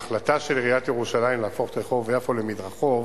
ההחלטה של עיריית ירושלים להפוך את רחוב יפו למדרחוב